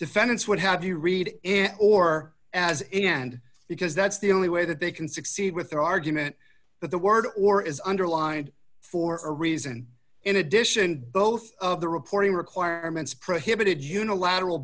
defendants would have you read it or as a end because that's the only way that they can succeed with their argument that the word or is underlined for a reason in addition both of the reporting requirements prohibited unilateral